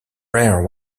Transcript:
rare